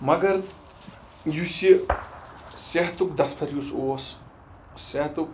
مگر یُس یہِ صحتُک دَفتَر یُس اوس صحتُک